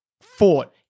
fought